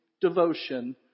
devotion